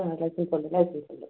ആ ലൈസൻസ് ഉണ്ട് ലൈസൻസ് ഉണ്ട്